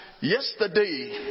yesterday